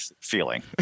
feeling